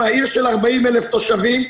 עיר של 40,000 תושבים,